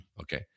Okay